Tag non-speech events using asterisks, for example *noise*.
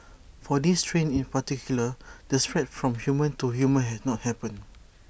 for this strain in particular the spread from human to human has not happened *noise*